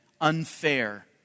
unfair